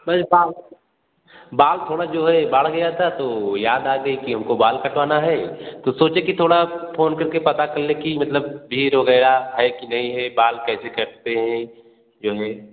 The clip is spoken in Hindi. भाई बाल बाल थोड़ा जो है बढ़ गया था तो याद आ गई कि हमको बाल कटवाना है तो सोचे कि थोड़ा फोन करके पता कर लें कि मतलब भीड़ वगैरह है कि नहीं है बाल कैसे कटते हैं जो है